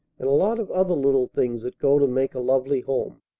and a lot of other little things that go to make a lovely home.